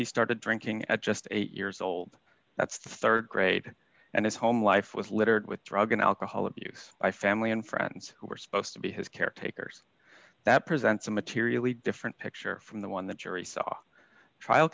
he started drinking at just eight years old that's rd grade and his home life was littered with drug and alcohol abuse by family and friends who were supposed to be his caretakers that presents a materially different picture from the one the jury saw trial